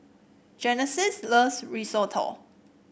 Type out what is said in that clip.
Genesis loves Risotto